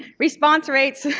response rates